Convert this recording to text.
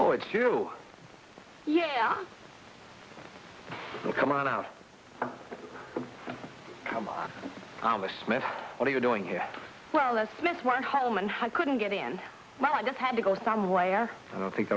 oh it's true yeah come on out come on the smiths what are you doing here well the smiths weren't home and had couldn't get in well i just had to go somewhere i don't think